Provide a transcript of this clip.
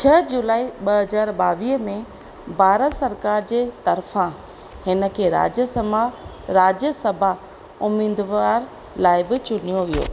छह जुलाई ॿ हज़ार ॿावीह में भारत सरकार जे तर्फ़ां हिन खे राज्य सभा राज्य सभा उमीदवार लाइ बि चुनियो वियो